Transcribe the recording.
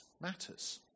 matters